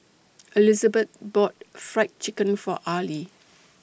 Elizabet bought Fried Chicken For Arley